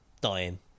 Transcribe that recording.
dying